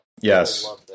Yes